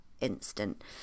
instant